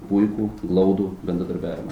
puikų glaudų bendradarbiavimą